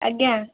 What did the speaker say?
ଆଜ୍ଞା